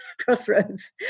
crossroads